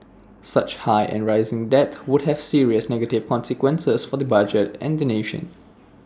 such high and rising debt would have serious negative consequences for the budget and the nation